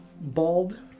bald